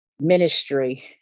ministry